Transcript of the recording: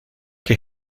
que